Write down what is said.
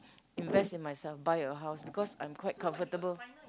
invest in myself buy a house because I'm quite comfortable